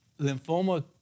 lymphoma